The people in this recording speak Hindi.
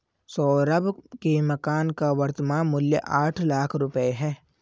सौरभ के मकान का वर्तमान मूल्य आठ लाख रुपये है